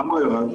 למה הוא ירד?